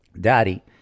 daddy